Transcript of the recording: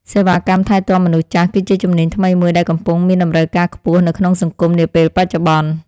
សេវាកម្មថែទាំមនុស្សចាស់ គឺជាជំនាញថ្មីមួយដែលកំពុងមានតម្រូវការខ្ពស់នៅក្នុងសង្គមនាពេលបច្ចុប្បន្ន។